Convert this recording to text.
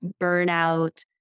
burnout